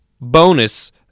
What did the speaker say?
Bonus